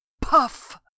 Puff